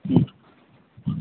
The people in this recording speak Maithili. हुँ